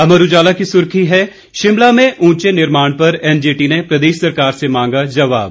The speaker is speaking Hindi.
अमर उजाला की सुर्खी है शिमला में ऊंचे निर्माण पर एनजीटी ने प्रदेश सरकार से मांगा जवाब